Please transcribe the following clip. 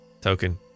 token